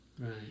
Right